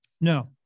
No